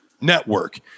network